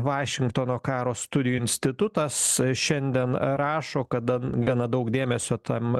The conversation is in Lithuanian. vašingtono karo studijų institutas šiandien a rašo kadan gana daug dėmesio tam